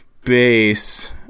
Base